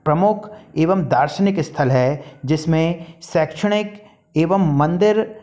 प्रमुख एवं दार्शनिक स्थल है जिसमें शैक्षणिक एवं मंदिर